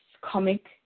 comic